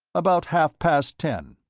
about half-past ten.